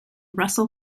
russell